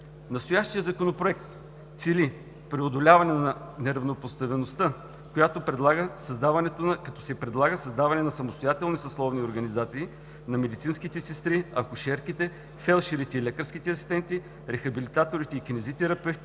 Настоящият законопроект цели преодоляване на неравнопоставеността, като се предлага създаване на самостоятелни съсловни организации на медицинските сестри, акушерките, фелдшерите и лекарските асистенти, рехабилитаторите и кинезитерапевтите,